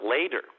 later